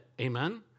Amen